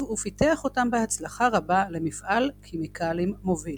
ופיתח אותם בהצלחה רבה למפעל כימיקלים מוביל.